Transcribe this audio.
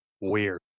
weird